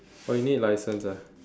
oh you need license ah